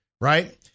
Right